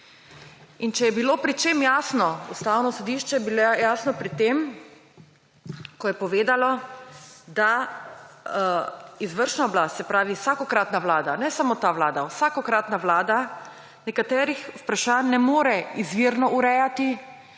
Če je bilo pri čem jasno Ustavno sodišče, je bilo jasno pri tem, ko je povedalo, da izvršna oblast, se pravi vsakokratna vlada, ne samo ta vlada, vsakokratna vlada nekaterih vprašanj ne more izvirno urejati,